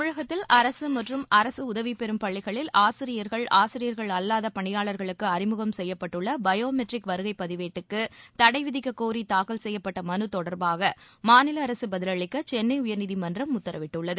தமிழகத்தில் அரசு மற்றும் அரசு உதவிபெறும் பள்ளிகளில் ஆசிரியர்கள் ஆசியர்கள் அல்லாத பணியாளர்களுக்கு அறிமுகம் செய்யப்பட்டுள்ள பயோ மெட்ரிக் வருகைப்பதிவேட்டுக்கு தடை விதிக்கக்கோரி தாக்கல் செய்யப்பட்ட மனு தொடர்பாக மாநில அரசு பதிலளிக்க சென்னை உயர்நீதிமன்றம் உக்கரவிட்டுள்ளது